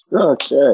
okay